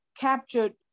captured